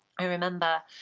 i remember,